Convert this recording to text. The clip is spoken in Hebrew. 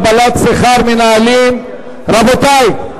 הגבלת שכר מנהלים) רבותי,